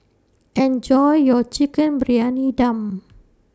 Enjoy your Chicken Briyani Dum